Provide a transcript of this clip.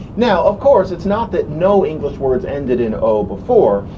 now, of course it's not that no english words ended in o before,